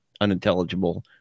unintelligible